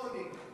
לא עונים.